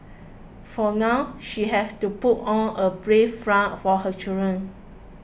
for now she has to put on a brave front for her children